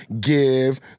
Give